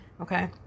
okay